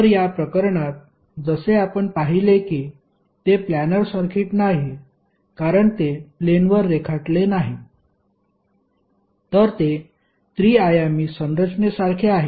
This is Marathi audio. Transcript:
तर या प्रकरणात जसे आपण पाहिले की ते प्लॅनर सर्किट नाही कारण ते प्लेनवर रेखाटले नाही तर ते त्रि आयामी संरचनेसारखे आहे